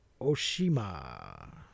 Oshima